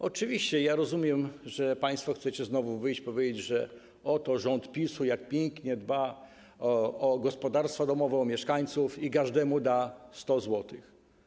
Oczywiście rozumiem, że państwo chcecie znowu wyjść i powiedzieć, że oto rząd PiS-u pięknie dba o gospodarstwa domowe, o mieszkańców i każdemu da 100 zł.